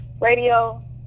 Radio